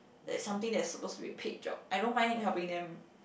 that's something that's supposed to be a paid job I don't mind helping them